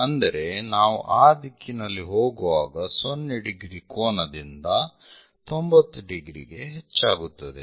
ಅಂದರೆ ನಾವು ಆ ದಿಕ್ಕಿನಲ್ಲಿ ಹೋಗುವಾಗ 0° ಕೋನದಿಂದ 90° ಗೆ ಹೆಚ್ಚಾಗುತ್ತದೆ